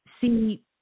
See